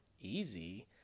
easy